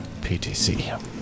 PTC